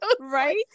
right